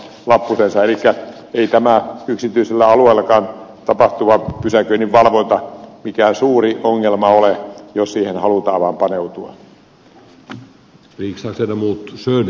elikkä ei tämä yksityisellä alueellakaan tapahtuva pysäköinninvalvonta mikään suuri ongelma ole jos siihen halutaan vaan paneutua